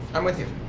i'm with you.